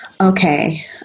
Okay